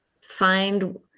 find